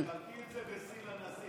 תחלקי את זה בסין לנשיא.